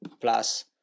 plus